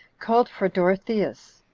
called for dorotheus,